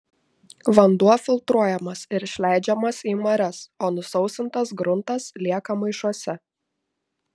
vanduo filtruojamas ir išleidžiamas į marias o nusausintas gruntas lieka maišuose